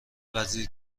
وزیر